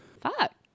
Fuck